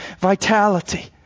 vitality